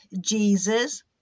Jesus